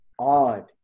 Odd